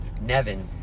Nevin